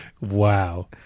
Wow